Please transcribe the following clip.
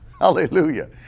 Hallelujah